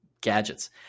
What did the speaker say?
gadgets